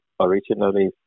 originally